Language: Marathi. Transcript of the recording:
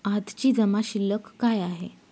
आजची जमा शिल्लक काय आहे?